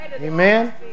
Amen